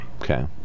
okay